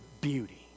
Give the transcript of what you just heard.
beauty